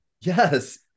Yes